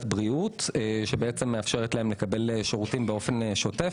בריאות שמאפשרת להם לקבל שירותים באופן שוטף.